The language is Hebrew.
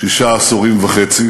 שישה עשורים וחצי.